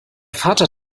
vater